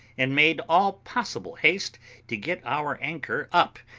and made all possible haste to get our anchor up,